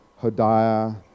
Hodiah